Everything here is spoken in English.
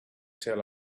tell